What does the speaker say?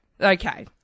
Okay